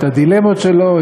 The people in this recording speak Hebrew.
את הדילמות שלו,